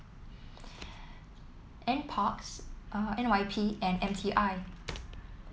N parks N Y P and M T I